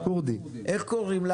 שכונת